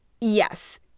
Yes